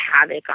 havoc